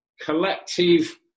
collective